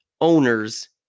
owners